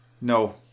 no